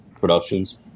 productions